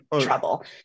trouble